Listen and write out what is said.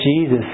Jesus